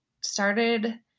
started